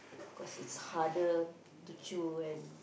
cause it's harder to chew and